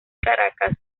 caracas